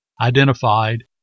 identified